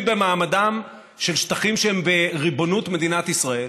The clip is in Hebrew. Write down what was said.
במעמדם של שטחים שהם בריבונות מדינת ישראל,